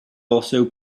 also